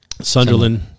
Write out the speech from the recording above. Sunderland